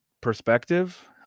perspective